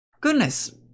goodness